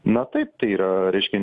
na taip tai yra reiškia